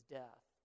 death